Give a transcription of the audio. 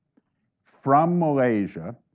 from malaysia,